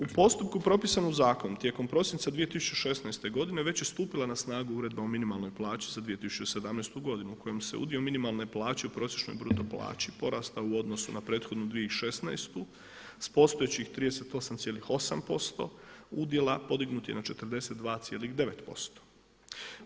U postupku propisanom u zakonu tijekom prosinca 2016. godine već je stupila na snagu Uredba o minimalnoj plaći za 2017. godinu u kojem se udio minimalne plaće u prosječnoj bruto plaći porasta u odnosu na prethodnu 2016. sa postojećih 38,8% udjela podignut je na 42,9%